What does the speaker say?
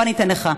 בוא אני אתן לך,